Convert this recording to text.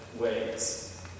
ways